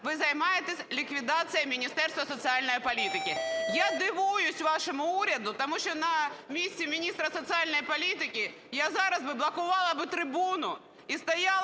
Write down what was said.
ви займаєтесь ліквідацією Міністерства соціальної політики. Я дивуюсь вашому уряду, тому що на місці міністра соціальної політики я зараз би блокувала би трибуну і стояла